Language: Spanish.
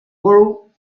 borough